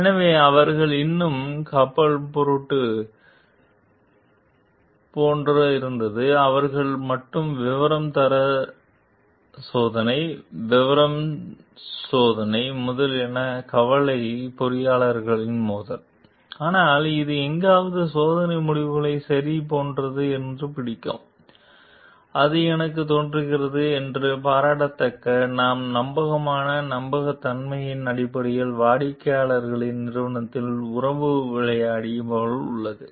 எனவே அவர்கள் இன்னும் கப்பல் பொருட்டு போன்ற இருந்தன அவர்கள் மட்டும் விவரம் தர சோதனை விவரம் சோதனை முதலியன கவலை பொறியாளர்கள் மோதல் ஆனால் அது எங்காவது சோதனை முடிவுகளை சரி போன்ற எங்கே பிடிக்கும் அது எனக்கு தோன்றுகிறது என்று பாராட்டத்தக்க நாம் நம்பகமான நம்பகத் தன்மை அடிப்படையில் வாடிக்கையாளர்கள் நிறுவனத்தின் உறவு விளையாடி போல் உள்ளது